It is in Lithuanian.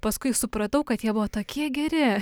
paskui supratau kad jie buvo tokie geri